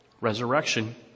resurrection